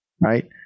right